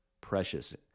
precious